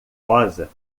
rosa